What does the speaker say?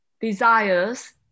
desires